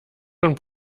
und